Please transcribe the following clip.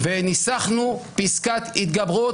התכנסנו כולנו וניסחנו פסקת התגברות,